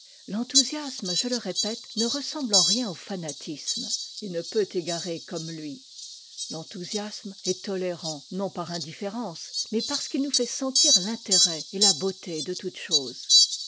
l'enthousiasme je le répète ne ressemble en rien au fanatisme et ne peut égarer comme lui l'enthousiasme est tolérant non par indifférence mais parce qu'il nous fait sentir l'intérêt et la beauté de toutes choses